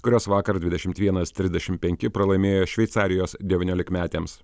kurios vakar dvidešim vienas trisdešim penki pralaimėjo šveicarijos devyniolikmetėms